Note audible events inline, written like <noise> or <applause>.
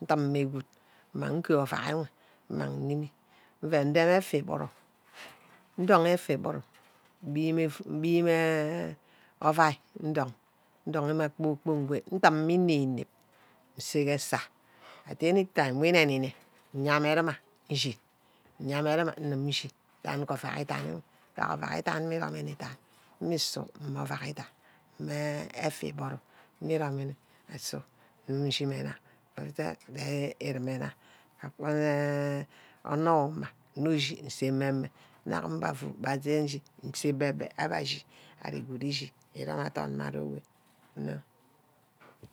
ndimme good mmang se ke orouack nwe mmang nníeme mvang ndeme effa îburu, <noise> ndong effa iburu, nbime mbime oNai ndong, ndong mme kpor-kpork ndìme'me înem-înem nsay ke esai anytime we ínemìneh nyamenìma nshee, nyamme-nîma nguwor Nshee ke ouack idan wo, ntack ouack idan mme îromne idai, mmusu mma ouack idan mme effa iburu mme íromìne, ro ńchîme nna plus je îremena, ornor uma nnushí, nse mmeh mmeh, anor fu winten ishini abe avu nse bebemeh aba achi, iregud ishi îrome adoorn mme arí good Nno <noise>